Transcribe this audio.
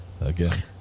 again